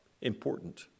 important